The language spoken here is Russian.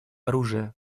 оружия